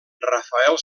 rafael